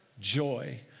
joy